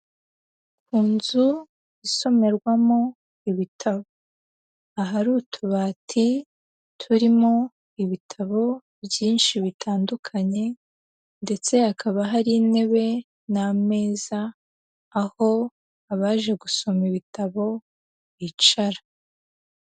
Mu nzu isomerwamo ibitabo, ahari utubati turimo ibitabo byinshi bitandukanye ndetse hakaba hari intebe n'ameza, aho abaje gusoma ibitabo bicara.